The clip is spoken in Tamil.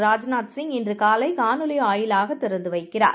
ராஜ்நாத்சி ங் இன்றுகாலைகாணொளிவாயிலாகதிறந்துவைக்கிறார்